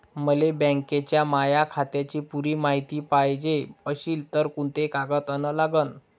मले बँकेच्या माया खात्याची पुरी मायती पायजे अशील तर कुंते कागद अन लागन?